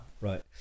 Right